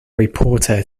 reporter